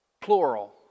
plural